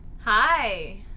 Hi